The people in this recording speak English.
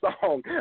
song